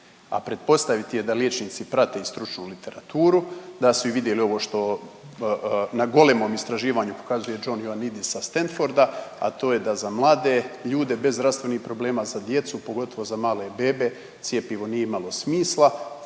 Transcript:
A pretpostaviti je da liječnici prate stručnu literaturu, da su i vidjeli ovo što na golemom istraživanju pokazuje John Ioannidis sa Stanforda, a to je da za mlade ljude bez zdravstvenih problema za djecu, pogotovo za male bebe, cjepivo nije imalo smisla,